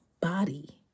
body